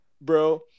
bro